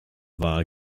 war